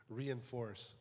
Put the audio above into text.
reinforce